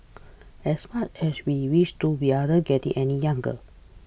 as much as we wish to we aren't getting any younger